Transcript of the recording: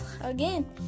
again-